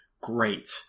great